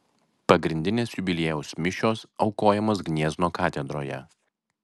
pagrindinės jubiliejaus mišios aukojamos gniezno katedroje